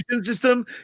system